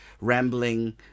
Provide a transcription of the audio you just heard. rambling